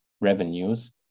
revenues